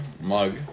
mug